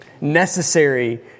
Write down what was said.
necessary